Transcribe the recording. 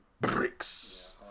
Bricks